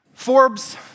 Forbes